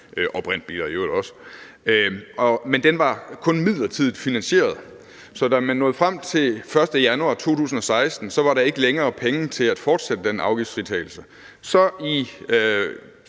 og brintbiler i øvrigt også, men den var kun midlertidigt finansieret. Så da man nåede frem til den 1. januar 2016, var der ikke længere penge til at fortsætte den afgiftsfritagelse. I